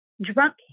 drunk